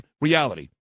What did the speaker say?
reality